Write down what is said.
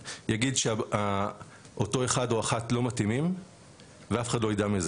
יגיד שאותו אחד או אחת לא מתאימים ואף אחד לא ידע מזה.